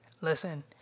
Listen